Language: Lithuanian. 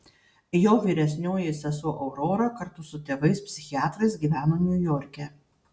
jo vyresnioji sesuo aurora kartu su tėvais psichiatrais gyveno niujorke